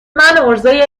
عرضه